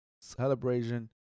Celebration